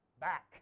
back